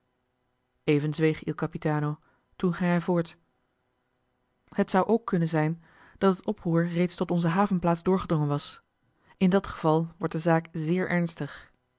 toen ging hij voort het zou ook kunnen zijn dat het oproer reeds tot onze havenplaats doorgedrongen was in dat geval wordt de zaak zeer ernstig